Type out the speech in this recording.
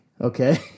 okay